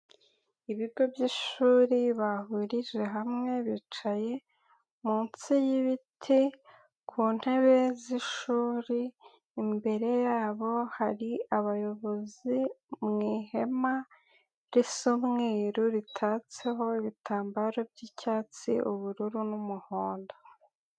Ibigo by'ishuri bahurije hamwe bicaye munsi y'ibiti ku ntebe z'ishuri imbere yabo hari abayobozi mu ihema risomweru ritatseho ibitambaro by'cyatsi, ubururu n'umuhondo.